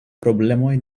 problemoj